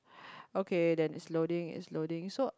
okay then is loading is loading so